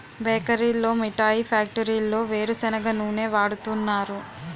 బేకరీల్లో మిఠాయి ఫ్యాక్టరీల్లో వేరుసెనగ నూనె వాడుతున్నారు